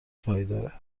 پایدار